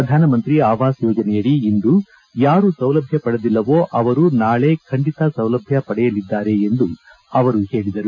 ಪ್ರಧಾನಮಂತ್ರಿ ಅವಾಸ್ ಯೋಜನೆಯಡಿ ಇಂದು ಯಾರು ಸೌಲಭ್ಯ ಪಡೆದಿಲ್ಲವೋ ಅವರು ನಾಳೆ ಖಂಡಿತ ಸೌಲಭ್ಯ ಪಡೆಯಲಿದ್ದಾರೆ ಎಂದು ಅವರು ಹೇಳಿದರು